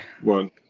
one